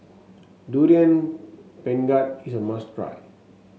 Durian Pengat is a must try